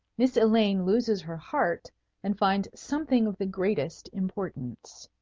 miss elaine loses her heart and finds something of the greatest importance.